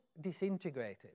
disintegrated